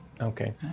Okay